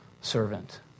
servant